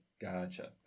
Gotcha